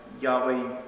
Yahweh